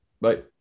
Bye